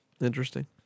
Interesting